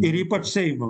ir ypač seimo